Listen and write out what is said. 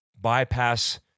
bypass